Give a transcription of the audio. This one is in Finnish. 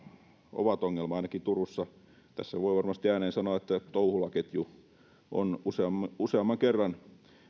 ovat ongelma ainakin turussa tässä voi varmasti ääneen sanoa että touhula ketju on useamman useamman kerran